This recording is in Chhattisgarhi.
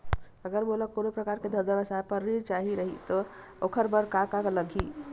अगर मोला कोनो प्रकार के धंधा व्यवसाय पर ऋण चाही रहि त ओखर बर का का लगही?